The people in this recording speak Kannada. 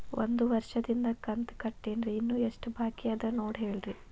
ಒಂದು ವರ್ಷದಿಂದ ಕಂತ ಕಟ್ಟೇನ್ರಿ ಇನ್ನು ಎಷ್ಟ ಬಾಕಿ ಅದ ನೋಡಿ ಹೇಳ್ರಿ